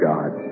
God